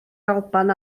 alban